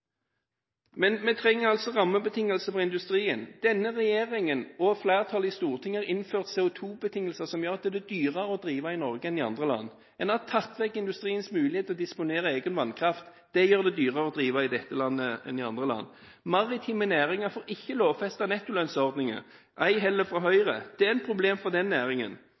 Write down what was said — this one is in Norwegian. Vi trenger rammebetingelser for industrien. Denne regjeringen og flertallet i Stortinget har innført CO2-betingelser som gjør at det er dyrere å drive i Norge enn i andre land. Man har tatt bort industriens muligheter til å disponere egen vannkraft. Det gjør det dyrere å drive i dette landet enn i andre land. Maritime næringer får ikke lovfestet nettolønnsordningen – ei heller av Høyre. Dette er et problem for den næringen.